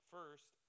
First